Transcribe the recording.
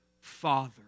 father